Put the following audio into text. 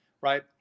right